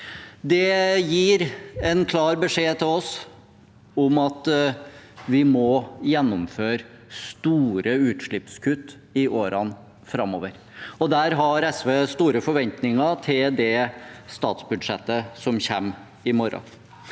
Det gir en klar beskjed til oss om at vi må gjennomføre store utslippskutt i årene framover, og der har SV store forventninger til det statsbudsjettet som kommer i morgen.